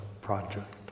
project